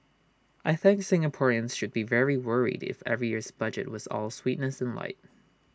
I think Singaporeans should be very worried if every year's budget was all sweetness and light